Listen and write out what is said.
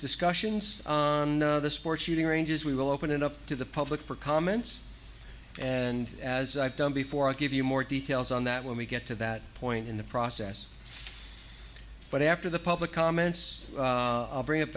discussions on the sports shooting ranges we will open it up to the public for comments and as i've done before i'll give you more details on that when we get to that point in the process but after the public comments bring it